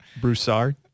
Broussard